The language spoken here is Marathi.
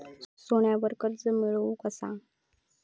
सोन्यावर कर्ज मिळवू कसा?